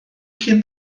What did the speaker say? cyn